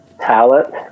talent